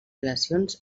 relacions